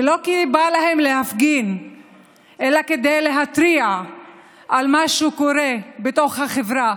ולא כי בא להם להפגין אלא כדי להתריע על מה שקורה בתוך החברה,